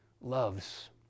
loves